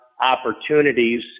opportunities